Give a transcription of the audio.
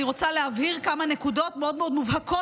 אני רוצה להבהיר כמה נקודות מאוד מאוד מובהקות,